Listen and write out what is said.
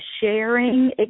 sharing